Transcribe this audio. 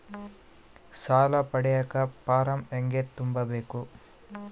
ಸಾಲ ಪಡಿಯಕ ಫಾರಂ ಹೆಂಗ ತುಂಬಬೇಕು?